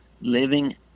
living